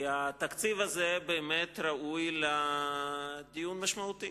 כי התקציב הזה באמת ראוי לדיון משמעותי.